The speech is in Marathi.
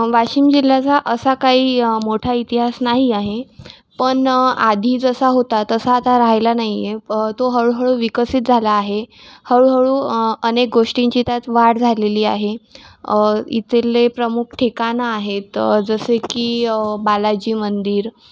वाशिम जिल्ह्याचा असा काही मोठा इतिहास नाही आहे पण आधी जसा होता तसा आता राहिला नाही आहे तो हळूहळू विकसित झाला आहे हळूहळू अनेक गोष्टींची त्यात वाढ झालेली आहे इथले प्रमुख ठिकाणं आहेत जसे की बालाजी मंदिर